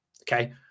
Okay